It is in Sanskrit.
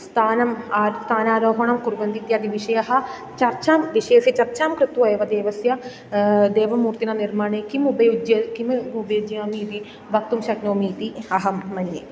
स्थानम् स्थानारोपणं कुर्वन्ति इत्यादिविषयः चर्चां विषयस्य चर्चां कृत्वा एव देवस्य देवमूर्तिनः निर्माणे किम् उपयुज्य किम् उपयुज्यामि इति वक्तुं शक्नोमि इति अहं मन्ये